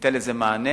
ניתן לזה מענה.